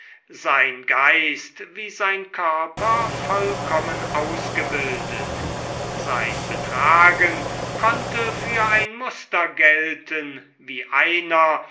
sein geist wie sein körper vollkommen ausgebildet sein betragen konnte für ein muster gelten wie einer